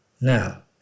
Now